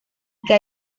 que